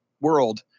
world